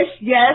yes